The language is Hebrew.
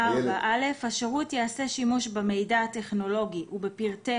"4.(א)השירות יעשה שימוש במידע הטכנולוגי ובפרטי